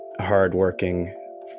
hardworking